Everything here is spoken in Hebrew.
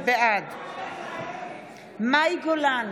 בעד מאי גולן,